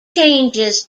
changes